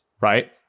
right